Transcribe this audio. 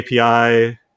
API